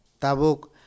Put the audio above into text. tabuk